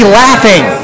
laughing